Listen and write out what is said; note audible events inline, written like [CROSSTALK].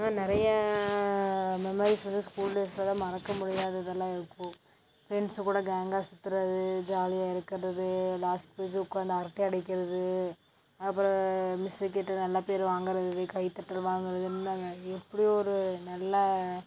ஆனால் நிறையா மெமரீஸ் வந்து ஸ்கூல் டேஸில் தான் மறக்க முடியாதது எல்லாம் இருக்கும் ஃப்ரெண்ட்ஸ் கூட கேங்காக சுத்துறது ஜாலியாக இருக்கிறது லாஸ்ட் பெஞ்சு உட்காந்து அரட்டை அடிக்கிறது அப்புறம் மிஸ்க்கிட்ட நல்ல பேர் வாங்கறது கை தட்டல் வாங்கறது [UNINTELLIGIBLE] இப்படி ஒரு நல்லா